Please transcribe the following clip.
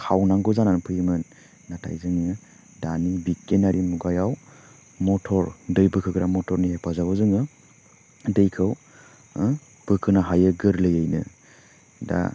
खावनांगौ जानानै फैयोमोन नाथाय जोङो दानि बिग्यिनारि मुगायाव मटर दै बोखोग्रा मटरनि हेफाजाबै जोङो दैखौ बोखोनो हायो गोरलैयैनो दा